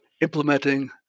implementing